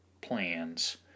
plans